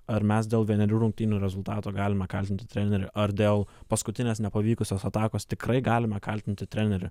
ar mes dėl vienerių rungtynių rezultato galime kaltinti trenerį ar dėl paskutinės nepavykusios atakos tikrai galima kaltinti trenerį